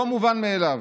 לא מובן מאליו.